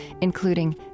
including